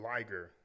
Liger